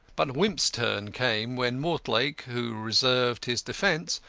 but wimp's turn came when mortlake, who reserved his defence,